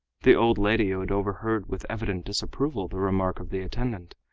the old lady, who had overheard with evident disapproval the remark of the attendant,